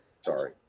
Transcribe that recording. Sorry